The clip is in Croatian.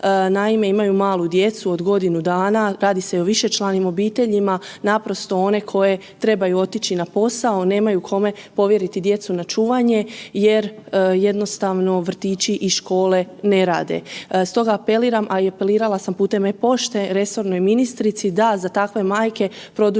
Naime, imaju malu djecu od godinu dana radi se o višečlanim obiteljima, naprosto one koje trebaju otići na posao, a nemaju kome povjeriti djecu na čuvanje jer jednostavno vrtići i škole ne rade. Stoga apeliram, a i apelirala sam pute e-pošte resornoj ministrici da za takve majke produži